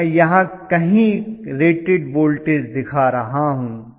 तो मैं यहाँ कहीं रेटेड वोल्टेज दिखा रहा हूँ